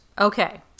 Okay